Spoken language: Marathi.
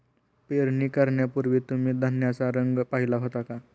पेरणी करण्यापूर्वी तुम्ही धान्याचा रंग पाहीला होता का?